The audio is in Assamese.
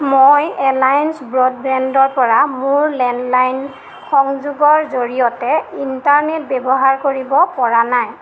মই এলায়েন্স ব্ৰডবেণ্ডৰ পৰা মোৰ লেণ্ডলাইন সংযোগৰ জৰিয়তে ইণ্টাৰনেট ব্যৱহাৰ কৰিব পৰা নাই